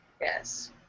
yes